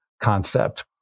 concept